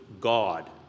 God